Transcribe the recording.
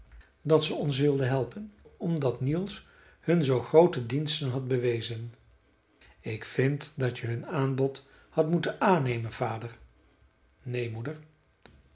dat ze ons wilden helpen omdat niels hun zoo groote diensten had bewezen ik vind dat je hun aanbod had moeten aannemen vader neen moeder